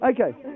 okay